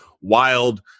wild